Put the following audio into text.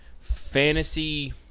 fantasy